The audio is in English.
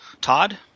Todd